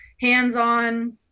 hands-on